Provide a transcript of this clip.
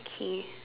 okay